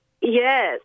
Yes